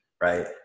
right